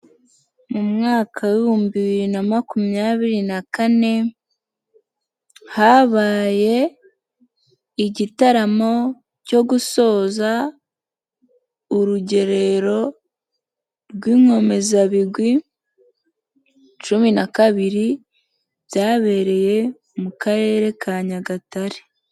Mu mwaka w'ibihumbi bibiri na makumyabiri na kane habaye igitaramo cyo gusoza urugerero rw'inkomezabigwi cumi na kabiri byabereye mu Karere ka Nyagatare.